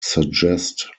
suggest